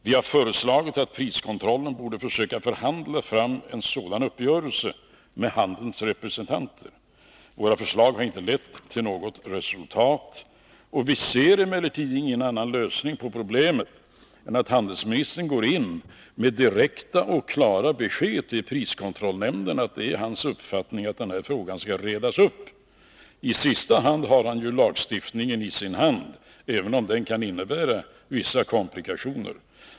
Vi har föreslagit att priskontrollen borde försöka förhandla fram en sådan uppgörelse med handelns representanter. Våra förslag har inte lett till något resultat. Vi ser emellertid ingen annan lösning på problemet än att handelsministern går in med direkta och klara besked till priskontrollnämnden om att det är hans uppfattning att denna fråga skall redas upp. Som sista utväg har han ju lagstiftningen i sin hand, även om den kan innebära vissa komplikationer.